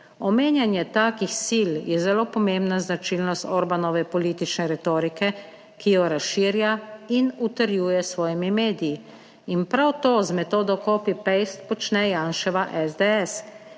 Omenjanje takih sil je zelo pomembna značilnost Orbanove politične retorike, ki jo razširja in utrjuje s svojimi mediji. In prav to z metodo copy-paste počne Janševa SDS,